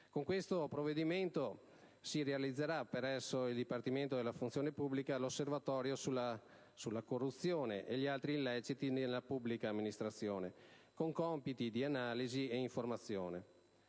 Con questo provvedimento si realizzerà presso il Dipartimento della funzione pubblica l'Osservatorio sulla corruzione e gli altri illeciti nella pubblica amministrazione, con compiti di analisi e di informazione.